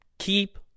Keep